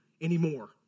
anymore